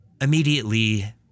Immediately